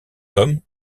comme